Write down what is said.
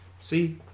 see